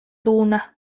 duguna